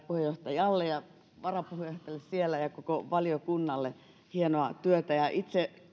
puheenjohtajalle ja varapuheenjohtajalle ja koko valiokunnalle hienoa työtä itse